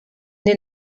den